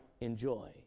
enjoy